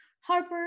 Harper